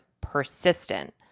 persistent